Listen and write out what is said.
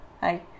hi